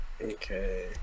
Okay